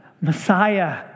Messiah